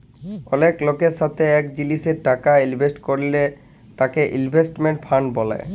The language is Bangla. অলেক লকের সাথে এক জিলিসে টাকা ইলভেস্ট করল তাকে ইনভেস্টমেন্ট ফান্ড ব্যলে